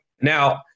Now